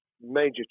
major